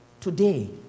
today